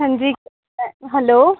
हां जी हैलो